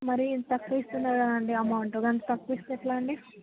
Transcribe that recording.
మరి ఇంత తక్కువ ఇస్తున్నారా అండి అమౌంటు అంత తక్కువ ఇస్తే ఎట్లా అండి